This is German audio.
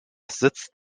sitzt